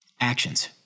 Actions